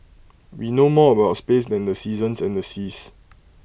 we know more about space than the seasons and the seas